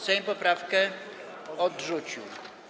Sejm poprawkę odrzucił.